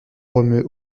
romeu